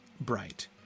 bright